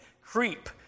Creep